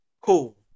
Cool